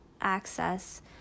access